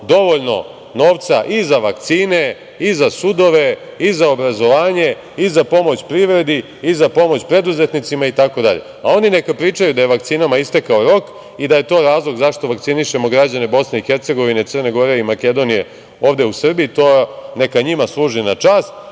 dovoljno novca i za vakcine i za sudove i za obrazovanje i za pomoć privredi i za pomoć preduzetnicima i tako dalje. Oni neka pričaju da je vakcinama istekao rok i da je to razlog zašto vakcinišemo građane Bosne i Hercegovine, Crne Gore i Makedonije ovde u Srbiji. To neka njima služi na čast,